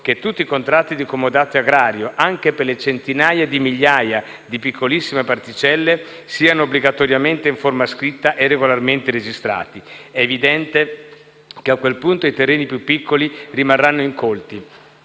che tutti i contratti di comodato agrario, anche per le centinaia di migliaia di piccolissime particelle, siano obbligatoriamente in forma scritta e regolarmente registrati. È evidente che a quel punto i terreni più piccoli rimarranno incolti,